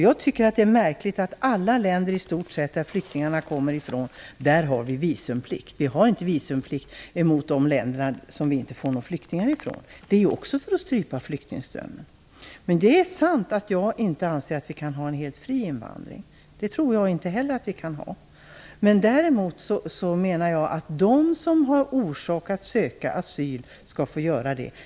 Jag tycker att det är märkligt att vi beträffande i stort sett alla länder som flyktingarna kommer från har visumplikt. Men vi har inte visumplikt gentemot länder som vi inte får flyktingar från. Detta är också ägnat att strypa flyktingströmmen. Det är sant att jag anser att vi inte kan ha en helt fri invandring. Jag tror inte att vi kan ha en sådan. Däremot menar jag att de som har orsak att söka asyl skall få göra det.